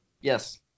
Yes